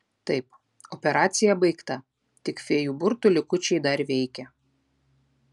taip operacija baigta tik fėjų burtų likučiai dar veikia